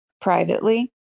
privately